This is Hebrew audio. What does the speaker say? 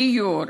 גיור,